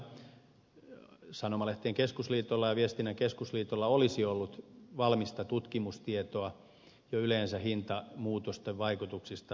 sanomalehtien liitolla ja viestinnän keskusliitolla olisi ollut valmista tutkimustietoa yleensä hintamuutosten vaikutuksista tilausmääriin